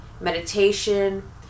meditation